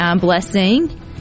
blessing